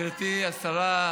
גברתי השרה,